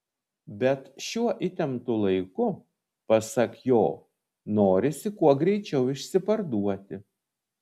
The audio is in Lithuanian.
bet šiuo įtemptu laiku pasak jo norisi kuo greičiau išsiparduoti